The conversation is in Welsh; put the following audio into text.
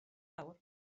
nawr